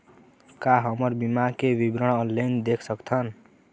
का हमर बीमा के विवरण ऑनलाइन देख सकथन?